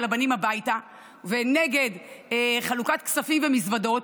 הבנים הביתה ונגד חלוקת כספים ומזוודות,